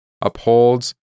upholds